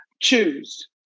choose